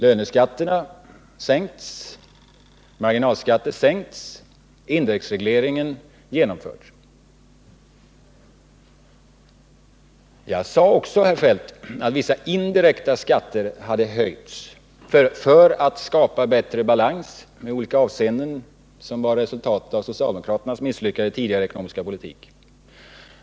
Löneskatterna sänktes, marginalskatter sänktes, indexregleringen genomfördes. Jag sade också, herr Feldt, att vissa indirekta skatter hade höjts för att skapa bättre balans när det gäller olika förhållanden som var resultatet av socialdemokraternas tidigare misslyckade ekonomiska politik.